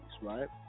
right